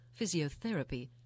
physiotherapy